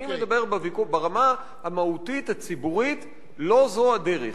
אני מדבר, ברמה המהותית הציבורית, לא זו הדרך.